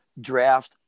draft